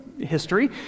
history